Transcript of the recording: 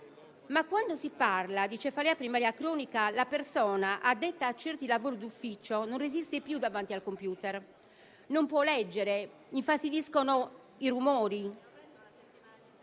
Quando si parla invece di cefalea primaria cronica, la persona addetta a certi lavori d'ufficio non resiste più davanti al computer: non può leggere, la infastidiscono i rumori